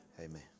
Amen